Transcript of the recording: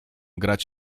grać